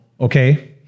Okay